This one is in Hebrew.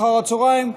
אחר הצוהריים,